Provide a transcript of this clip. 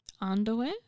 underwear